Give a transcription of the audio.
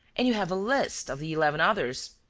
and you have a list of the eleven others.